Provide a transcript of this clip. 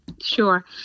Sure